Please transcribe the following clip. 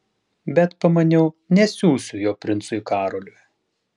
bet pamaniau nesiųsiu jo princui karoliui